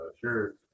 Sure